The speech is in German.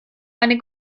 eine